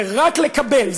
זה רק לקבל,